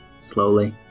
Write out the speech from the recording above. Slowly